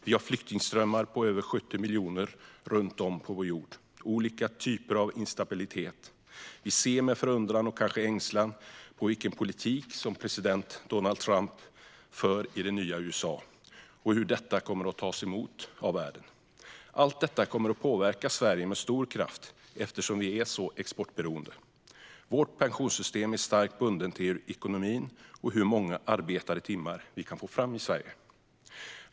Vi har flyktingströmmar på över 70 miljoner människor runt om på vår jord och olika typer av instabilitet. Vi ser med förundran och kanske ängslan på vilken politik som president Donald Trump för i det nya USA och hur detta kommer att tas emot av världen. Allt detta kommer att påverka Sverige med stor kraft, eftersom vi är så exportberoende. Vårt pensionssystem är starkt bundet till ekonomin och hur många arbetade timmar vi kan få fram i Sverige.